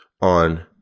on